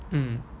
mm